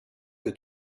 que